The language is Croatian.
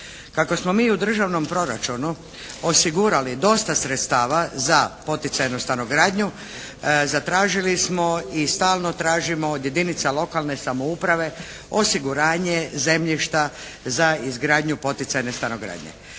Kako smo mi u Državnom proračunu osigurali dosta sredstava za poticajnu stanogradnju zatražili smo i stalno tražimo od jedinica lokalne samouprave osiguranje zemljišta za izgradnju poticajne stanogradnje.